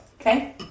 okay